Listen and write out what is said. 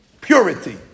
Purity